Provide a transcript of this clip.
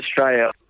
Australia